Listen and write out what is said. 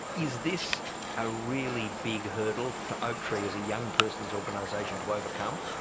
is this a really big hurdle for oaktree as a young person's organisation to overcome?